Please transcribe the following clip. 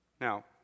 Now